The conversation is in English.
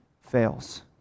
fails